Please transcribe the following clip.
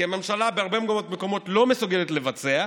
כי הממשלה בהרבה מאוד מקומות לא מסוגלת לבצע.